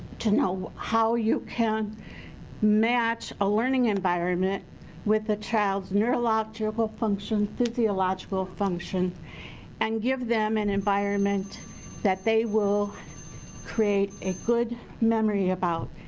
to know how you can match a learning environment with a child's neurological function, physiological function and give them an and environment that they will create a good memory about.